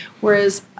Whereas